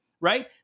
right